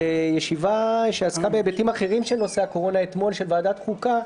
בישיבה שעסקה בהיבטים אחרים של נושא הקורונה אתמול של ועדת החוקה,